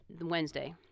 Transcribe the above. Wednesday